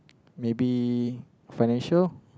maybe financial